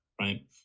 right